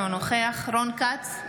אינו נוכח רון כץ,